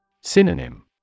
Synonym